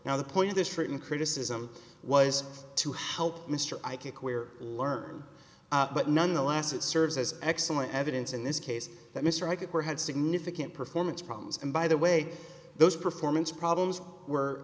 now the point of this written criticism was to help mr icac where but nonetheless it serves as excellent evidence in this case that mr icac were had significant performance problems and by the way those performance problems were